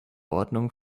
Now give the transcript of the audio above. ordnung